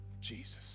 Jesus